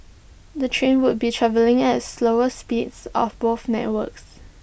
the trains would be travelling at slower speeds of both networks